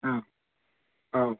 औ औ